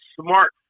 smart